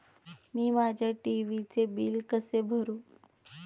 मी माझ्या टी.व्ही चे बिल कसे भरू?